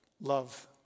Love